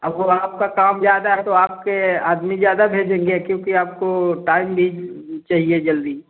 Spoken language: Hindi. अब वह आपका काम ज़्यादा है तो आपके आदमी ज़्यादा भेजेंगे क्योंकि आपको टाइम भी चाहिए जल्दी